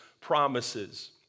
promises